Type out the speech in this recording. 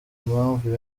impamvu